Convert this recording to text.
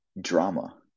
drama